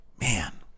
man